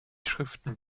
schriften